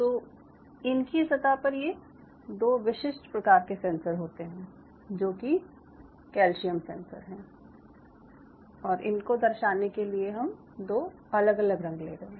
तो इनकी सतह पर ये दो विशिष्ट प्रकार के सेंसर होते हैं जो कि कैल्शियम सेंसर हैं और इनको दर्शाने के लिए हम दो अलग अलग रंग ले रहे हैं